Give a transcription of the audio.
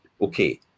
Okay